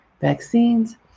vaccines